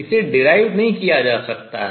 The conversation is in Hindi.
इसे derived व्युत्पन्न नहीं किया जा सकता है